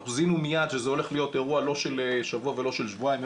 אנחנו זהינו מיד שזה הולך להיות אירוע לא של שבוע ולא של שבועיים.